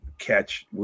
catch